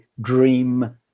dream